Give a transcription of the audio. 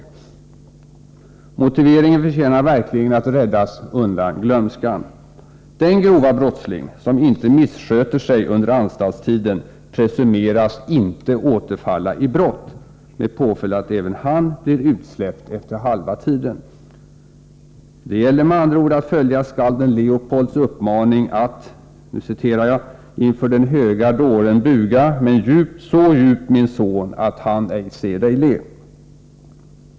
Motiveringen förtjänar verkligen att räddas undan glömskan. Den grova brottsling som inte missköter sig under anstaltstiden presumeras inte återfalla i brott, med påföljd att även han blir utsläppt efter halva tiden. Det gäller med andra ord att följa skalden Leopolds uppmaning att ”Inför den höga dåren buga, men djupt, så djupt, min son, att han ej ser dig le”.